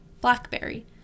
blackberry